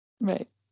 Right